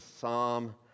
Psalm